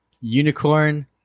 Unicorn